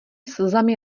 slzami